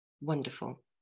Wonderful